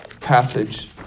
passage